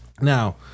Now